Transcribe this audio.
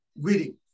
reading